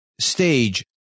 stage